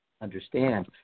understand